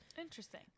Interesting